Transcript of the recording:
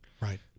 Right